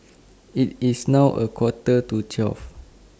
IT IS now A Quarter to twelve